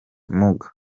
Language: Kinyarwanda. muganga